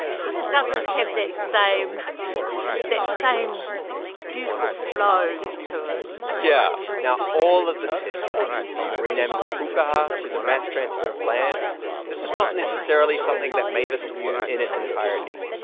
kind of doesn't have that same that same beautiful flow to it yeah. now, all of this history, from the renaming of pukaha to the mass transfer of land this was not necessarily something that mavis knew in its entirety.